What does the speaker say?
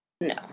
No